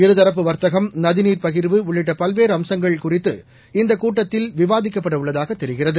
இருதரப்பு வர்த்தகம் நதிநீர்ப் பகிர்வு உள்ளிட்ட பல்வேறு அம்சங்கள் குறித்து இந்தக் கூட்டத்தில் விவாதிக்கப்பட உள்ளதாக தெரிகிறது